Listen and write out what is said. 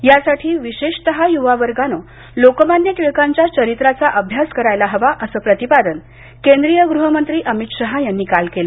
यासाठी विशेषतः युवा वर्गांनं लोकमान्य टिळकांच्या चरित्राचा अभ्यास करायला हवा असं प्रतिपादन केंद्रीय गृहमंत्री अमित शहा यांनी काल केलं